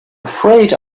afraid